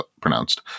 pronounced